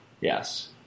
Yes